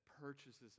purchases